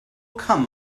come